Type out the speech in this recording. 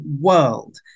world